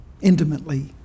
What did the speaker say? intimately